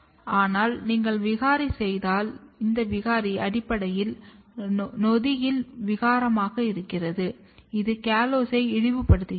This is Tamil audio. ஆனால் நீங்கள் விகாரி செய்திருந்தால் இந்த விகாரி அடிப்படையில் நொதியில் விகாரமாக இருக்கிறது இது கால்சோஸை இழிவுபடுத்துகிறது